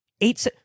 Eight